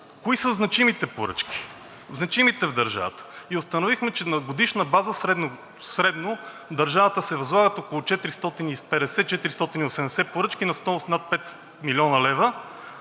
кои са значимите поръчки – значимите в държавата, и установихме, че на годишна база средно в държавата се възлагат около 450 – 480 поръчки на стойност над 5 млн. лв.,